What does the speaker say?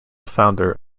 founder